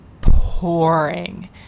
pouring